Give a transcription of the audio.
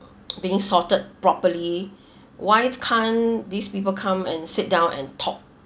being sorted properly why can't these people calm and sit down and talk